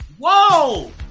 whoa